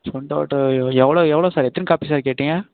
printout எவ்வளோ எவ்வளோ sir எத்தினி காப்பி சார் கேட்டிங்க